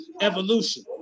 evolution